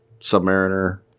Submariner